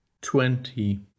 twenty